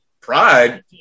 Pride